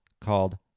called